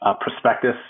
prospectus